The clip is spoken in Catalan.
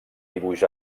dibuix